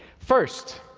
first,